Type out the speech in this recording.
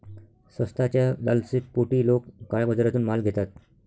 स्वस्ताच्या लालसेपोटी लोक काळ्या बाजारातून माल घेतात